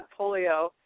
polio